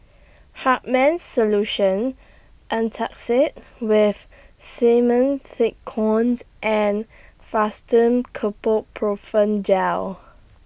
Hartman's Solution Antacid with Simethicone and Fastum Gel